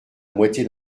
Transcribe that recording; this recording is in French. moitié